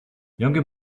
younger